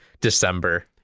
December